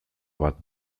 bat